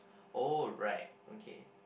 alright okay